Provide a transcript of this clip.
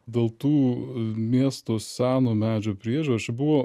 dėl tų miesto seno medžio priežiūros čia buvo